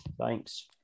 Thanks